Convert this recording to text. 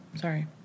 Sorry